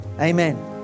Amen